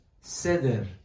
seder